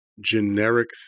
generic